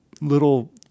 little